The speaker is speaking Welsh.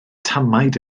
tamaid